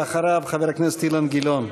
ואחריו, חבר הכנסת אילן גילאון.